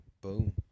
Boom